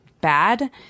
bad